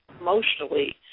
emotionally